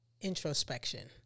introspection